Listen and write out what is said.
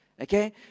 Okay